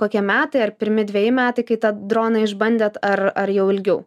kokie metai ar pirmi dveji metai kai tą droną išbandėt ar ar jau ilgiau